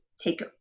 take